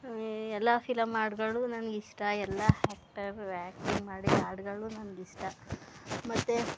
ಎಲ್ಲ ಫಿಲಮ್ ಹಾಡ್ಗಳು ನನ್ಗೆ ಇಷ್ಟ ಎಲ್ಲ ಹ್ಯಾಕ್ಟರ್ ಆಕ್ಟಿಂಗ್ ಮಾಡಿರೋ ಹಾಡ್ಗಳೂ ನನ್ಗೆ ಇಷ್ಟ ಮತ್ತು